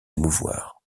émouvoir